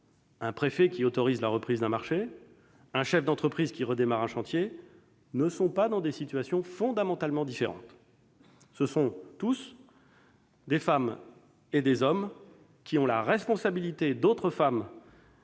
un préfet qui autorise la reprise d'un marché ou un chef d'entreprise qui redémarre un chantier ne sont pas dans des situations fondamentalement différentes. Il s'agit chaque fois de femmes et d'hommes qui ont la responsabilité d'autres femmes